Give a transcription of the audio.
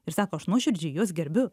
ir sako aš nuoširdžiai juos gerbiu